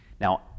Now